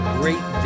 great